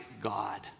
God